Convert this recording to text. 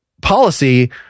policy